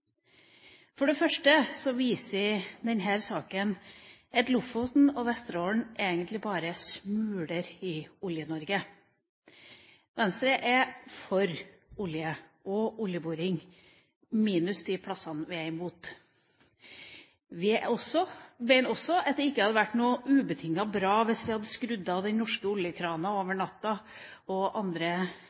For det første viser denne saken at Lofoten og Vesterålen egentlig bare er smuler i Olje-Norge. Venstre er for olje og oljeboring, minus de plassene vi er imot. Vi mener også at det ikke hadde vært ubetinget bra hvis vi hadde skrudd av den norske oljekrana over natta og andre